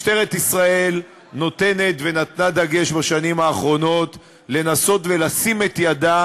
משטרת ישראל נותנת ונתנה דגש בשנים האחרונות לנסות ולשים את ידה,